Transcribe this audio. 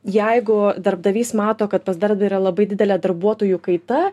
jeigu darbdavys mato kad pas darbdavį yra labai didelė darbuotojų kaita